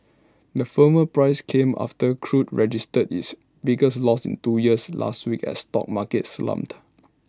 the firmer prices came after crude registered its biggest loss in two years last week as stock markets slumped